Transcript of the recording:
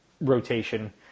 rotation